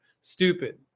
stupid